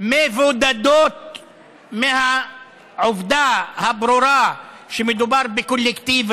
מבודדות מהעובדה הברורה שמדובר בקולקטיב,